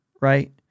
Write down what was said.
Right